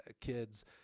kids